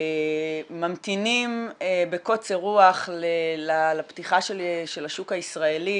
ממתינים בקוצר רוח לפתיחה של השוק הישראלי